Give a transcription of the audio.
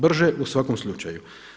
Brže u svakom slučaju.